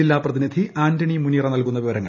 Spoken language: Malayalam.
ജില്ലാ പ്രതിനിധി ആന്റണി മുനിയറ നൽകുന്ന വിവരങ്ങൾ